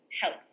help